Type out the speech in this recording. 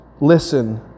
listen